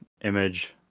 image